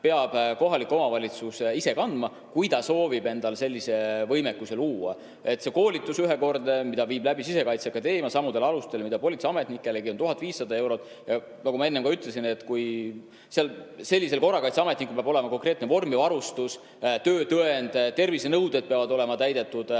peab kohalik omavalitsus ise kandma, kui ta soovib endale sellise võimekuse luua. Ühekordne koolitus, mille viib läbi Sisekaitseakadeemia samadel alustel nagu politseiametnikelegi, maksab 1500 eurot. Ja nagu ma enne ütlesin, sellisel korrakaitseametnikul peab olema konkreetne vorm ja varustus, töötõend, tervisenõuded peavad olema täidetud,